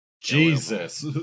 Jesus